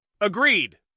Agreed